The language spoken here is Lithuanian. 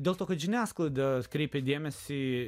dėl to kad žiniasklaida atkreipė dėmesį